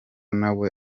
nawe